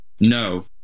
No